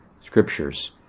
scriptures